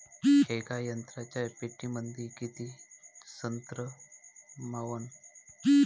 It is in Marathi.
येका संत्र्याच्या पेटीमंदी किती संत्र मावन?